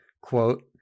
quote